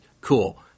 Cool